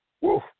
Woo